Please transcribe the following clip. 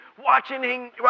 watching